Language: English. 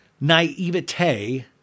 naivete